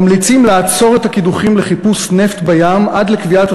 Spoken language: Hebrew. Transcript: ממליצים לעצור את הקידוחים לחיפוש נפט בים עד לקביעת